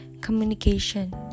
communication